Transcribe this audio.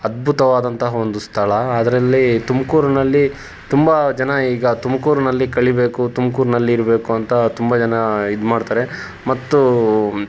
ಅದ್ಭುತವಾದಂತಹ ಒಂದು ಸ್ಥಳ ಅದರಲ್ಲಿ ತುಮಕೂರಿನಲ್ಲಿ ತುಂಬ ಜನ ಈಗ ತುಮಕೂರಿನಲ್ಲಿ ಕಳೀಬೇಕು ತುಮಕೂರಿನಲ್ಲಿ ಇರಬೇಕು ಅಂತ ತುಂಬ ಜನ ಇದು ಮಾಡ್ತಾರೆ ಮತ್ತು